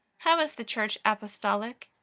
how is the church apostolic?